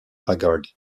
haggard